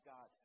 God